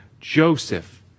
Joseph